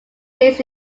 days